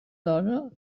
dona